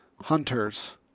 hunters